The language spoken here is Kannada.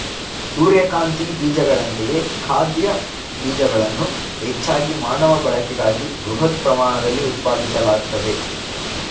ಸೂರ್ಯಕಾಂತಿ ಬೀಜಗಳಂತೆಯೇ ಖಾದ್ಯ ಬೀಜಗಳನ್ನು ಹೆಚ್ಚಾಗಿ ಮಾನವ ಬಳಕೆಗಾಗಿ ಬೃಹತ್ ಪ್ರಮಾಣದಲ್ಲಿ ಉತ್ಪಾದಿಸಲಾಗ್ತದೆ